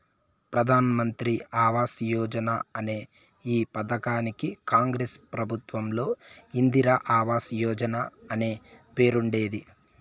ప్రధాన్ మంత్రి ఆవాస్ యోజన అనే ఈ పథకానికి కాంగ్రెస్ ప్రభుత్వంలో ఇందిరా ఆవాస్ యోజన అనే పేరుండేది